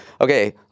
Okay